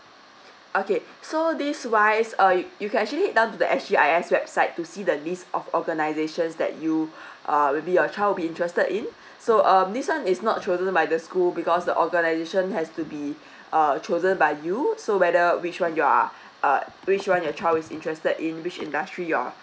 okay so this wise uh you can actually down to the S G I S website to see the this of organisations that you uh maybe your child will be interested in so um this one is not chosen by the school because the organisation has to be err chosen by you so whether which one you are err which one your child is interested in which industry your